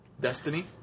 Destiny